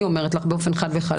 אני אומרת לך את זה באופן חד וחלק.